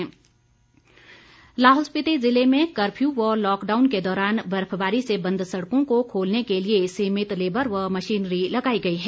DC Lahaul Lahaul Spiti जिले में curfew व लॉक डाउन के दौरान बर्फबारी से बंद सड़कों को खोलने के लिये सीमित लेबर व मशीनरी लगाई गई है